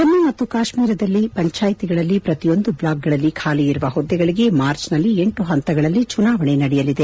ಜಮ್ನು ಮತ್ತು ಕಾಶ್ಮೀರದಲ್ಲಿ ಪಂಚಾಯ್ತಿಗಳಲ್ಲಿ ಪ್ರತಿಯೊಂದು ಬ್ಲಾಕ್ಗಳಲ್ಲಿ ಖಾಲಿ ಇರುವ ಹುದ್ದೆಗಳಿಗೆ ಮಾರ್ಚನಲ್ಲಿ ಎಂಟು ಹಂತಗಳಲ್ಲಿ ಚುನಾವಣೆ ನಡೆಯಲಿದೆ